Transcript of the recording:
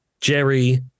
Jerry